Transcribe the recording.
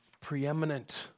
preeminent